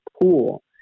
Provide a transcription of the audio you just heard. pool